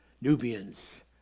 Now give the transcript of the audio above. Nubians